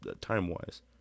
time-wise